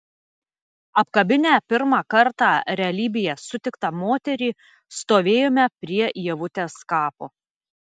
apkabinę pirmą kartą realybėje sutiktą moterį stovėjome prie ievutės kapo